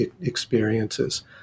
experiences